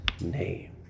name